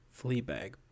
Fleabag